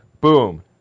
Boom